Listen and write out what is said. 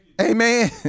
Amen